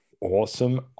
awesome